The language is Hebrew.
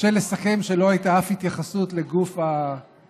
קשה לסכם כשלא הייתה אף התייחסות לגוף ההצעה.